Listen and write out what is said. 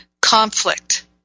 conflict